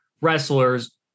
wrestlers